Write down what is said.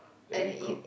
that we cook